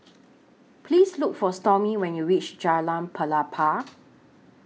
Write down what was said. Please Look For Stormy when YOU REACH Jalan Pelepah